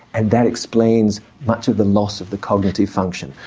and that explains much of the loss of the cognitive function.